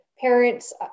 parents